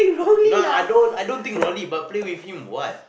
no I don't I don't think wrongly but play with him why